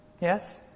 Yes